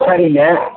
சரிங்க